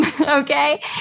Okay